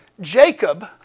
Jacob